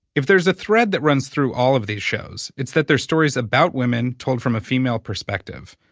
if there's a thread that runs through all of these shows, it's that they're stories about women told from a female perspective.